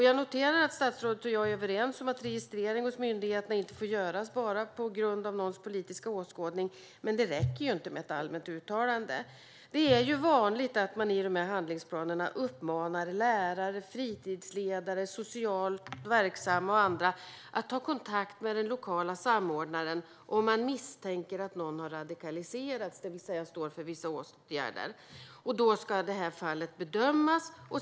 Jag noterar att statsrådet och jag är överens om att registrering hos myndigheterna inte får göras bara på grund av någons politiska åskådning, men det räcker inte med ett allmänt uttalande. Det är vanligt att man i handlingsplanerna uppmanar lärare, fritidsledare, socialt verksamma och andra att ta kontakt med den lokala samordnaren om de misstänker att någon har radikaliserats, det vill säga står för vissa åsikter. Då ska det bedömas.